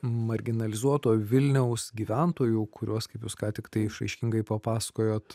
marginalizuoto vilniaus gyventojų kuriuos kaip jūs ką tiktai išraiškingai papasakojot